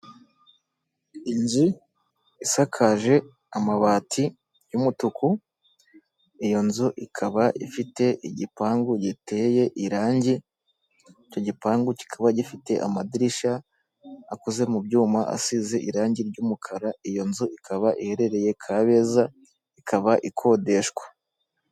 Inzu isakaje amabati y'umutuku, iyo nzu ikaba ifite igipangu giteye irange, icyo gipangu kikaba gifite amadirishya akoze mu byuma asize irangi ry'umukara, iyo nzu ikaba iherereye Kabeza ikaba ikodeshwa.